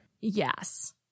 Yes